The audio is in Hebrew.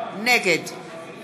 נגד